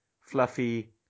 fluffy